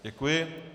Děkuji.